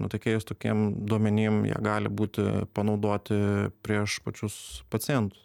nutekėjus tokiem duomenim jie gali būti panaudoti prieš pačius pacientus